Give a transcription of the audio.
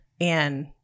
and-